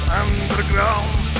underground